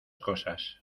cosas